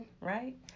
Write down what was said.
Right